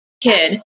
kid